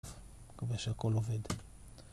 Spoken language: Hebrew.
מקווה שהכל עובד